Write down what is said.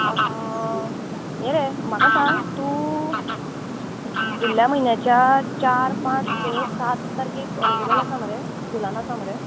यें रे म्हाका सांग तूं फुडल्या म्हयन्याच्या चार पांच स सात तारकेक अवेलेबल आसा मरे स्कुलान आसा मरे